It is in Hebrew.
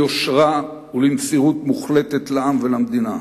ליושרה ולמסירות מוחלטת לעם ולמדינה.